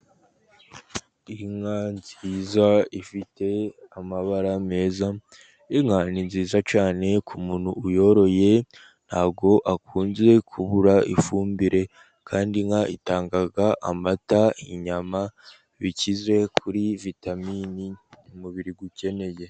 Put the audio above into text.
Inka nziza, ifite amabara meza, inka ni nziza cyane, umuntu uyoroye ntabwo akunze kubura ifumbire, kandi inka itanga amata, inyama bikize kuri vitamini umubiri ukeneye.